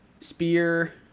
spear